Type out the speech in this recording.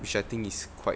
which I think is quite